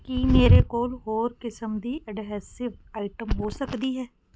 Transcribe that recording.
ਕੀ ਮੇਰੇ ਕੋਲ ਹੋਰ ਕਿਸਮ ਦੀ ਅਡਹੈਸਿਵ ਆਈਟਮ ਹੋ ਸਕਦੀ ਹੈ